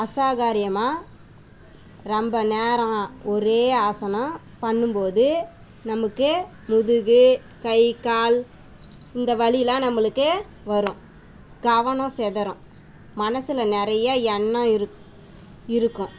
அசாகாரியமாக ரொம்ப நேரம் ஒரே ஆசனம் பண்ணும் போது நமக்கு முதுகு கை கால் இந்த வலியெலாம் நம்மளுக்கு வரும் கவனம் சிதறும் மனசில் நிறையா எண்ணம் இருக் இருக்கும்